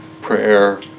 prayer